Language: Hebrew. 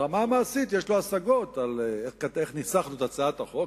ברמה המעשית יש לו השגות על איך שניסחנו את הצעת החוק,